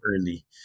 early